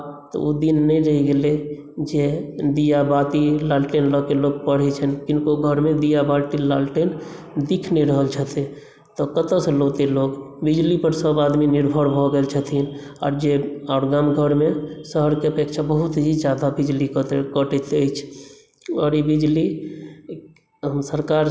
रातिकेँ आब तऽ ओ दिन नहि रहि गेलै जे दियाबाती लालटेन लऽ के लोक पढै छलै किनको घरमे दियाबाती लालटेन दिख नहि रहल छै तऽ कतय सँ लौतै लोक बिजली पर सब आदमी निर्भर भऽ गेल छथिन आ जे गाम घरमे शहरकेँ अपेक्षा बहुत ही ज्यादा बिजली कटैत अछि आओर ई बिजली